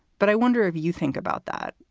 but i wonder if you think about that,